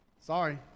Sorry